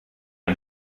ein